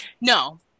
No